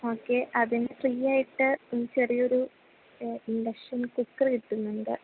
okay അതിന് ഫ്രീയായിട്ട് ചെറിയൊരു ഇൻഡക്ഷൻ കുക്കർ കിട്ടുന്നുണ്ട്